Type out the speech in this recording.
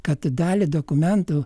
kad dalį dokumentų